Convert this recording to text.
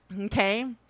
Okay